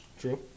True